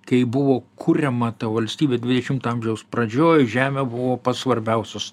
kai buvo kuriama ta valstybė dvidešimto amžiaus pradžioj žemė buvo pats svarbiausias